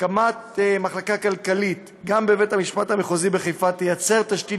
הקמת מחלקה כלכלית גם בבית המשפט המחוזי בחיפה תייצר תשתית